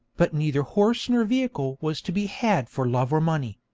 but neither horse nor vehicle was to be had for love or money.